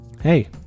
hey